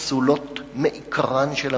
אלה פעולות פסולות מעיקרן של הממשלה,